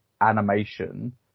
animation